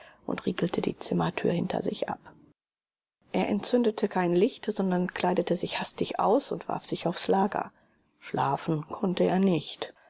und riegelte die zimmertür hinter sich ab er entzündete kein licht sondern kleidete sich hastig aus und warf sich aufs lager schlafen konnte er nicht